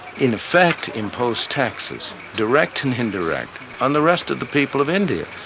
in effect, imposed taxes, direct and indirect, on the rest of the people of india,